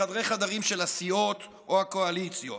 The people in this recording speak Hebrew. בחדרי-חדרים של הסיעות או הקואליציות,